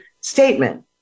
statement